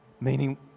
Meaning